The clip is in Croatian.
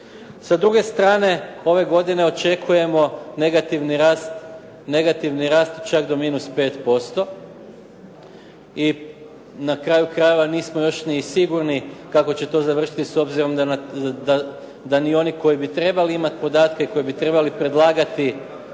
Sa druge strane ove godine očekujemo negativni rast čak do -5% i na kraju krajeva nismo još ni sigurni kako će to završiti s obzirom da ni oni koji bi trebali imati podatke, koji bi trebali predlagati